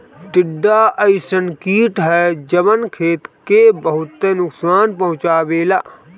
टिड्डा अइसन कीट ह जवन खेती के बहुते नुकसान पहुंचावेला